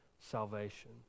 salvation